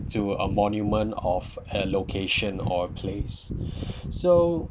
to a monument of a location or a place so